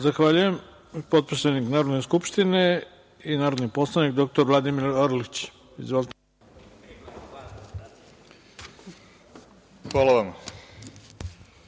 Zahvaljujem. Potpredsednik Narodne skupštine i narodni poslanik dr Vladimir Orlić. Izvolite.